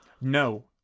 No